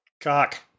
Cock